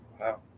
Wow